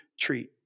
treat